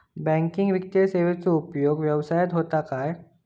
Banking वित्तीय सेवाचो उपयोग व्यवसायात होता काय?